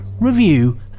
review